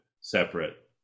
separate